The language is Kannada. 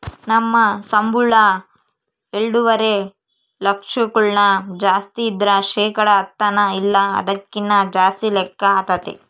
ನಮ್ ಸಂಬುಳ ಎಲ್ಡುವರೆ ಲಕ್ಷಕ್ಕುನ್ನ ಜಾಸ್ತಿ ಇದ್ರ ಶೇಕಡ ಹತ್ತನ ಇಲ್ಲ ಅದಕ್ಕಿನ್ನ ಜಾಸ್ತಿ ಲೆಕ್ಕ ಆತತೆ